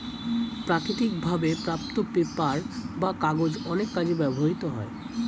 প্রাকৃতিক ভাবে প্রাপ্ত পেপার বা কাগজ অনেক কাজে ব্যবহৃত হয়